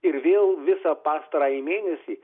ir vėl visą pastarąjį mėnesį